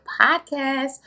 podcast